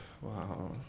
Wow